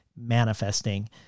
manifesting